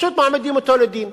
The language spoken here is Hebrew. פשוט מעמידים אותו לדין.